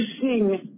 sing